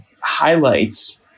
highlights